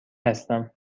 هستم